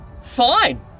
Fine